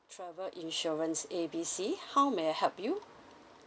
travel insurance A B C how may I help you